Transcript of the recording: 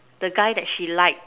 the guy that she like